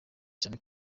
cyane